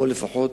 או לפחות